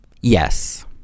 yes